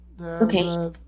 Okay